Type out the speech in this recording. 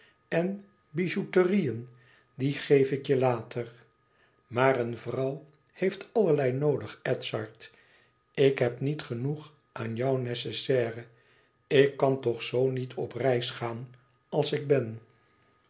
en byouterieën die geef ik je later maar een vrouw heeft allerlei noodig edzard ik heb niet genoeg aan jouw nécessaire ik kan toch zoo niet op reis gaan als ik ben